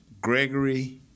Gregory